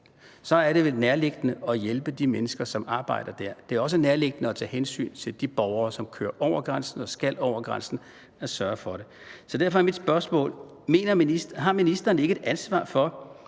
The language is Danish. så er det vel nærliggende at hjælpe dem, som arbejder der. Det er også nærliggende at tage hensyn til de borgere, som kører over grænsen og skal over grænsen, at sørge for det. Så derfor er mit spørgsmål: Har ministeren ikke et ansvar for